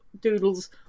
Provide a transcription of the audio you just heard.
doodles